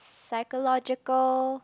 psychological